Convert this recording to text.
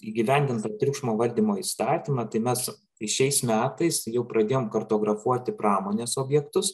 įgyvendint tą triukšmo valdymo įstatymą tai mes šiais metais jau pradėjom kartografuoti pramonės objektus